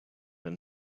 been